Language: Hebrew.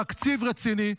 תקציב רציני,